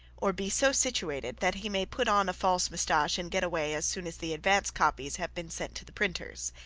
or be so situated that he may put on a false moustache and get away as soon as the advance copies have been sent to the printers.